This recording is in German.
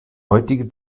heutige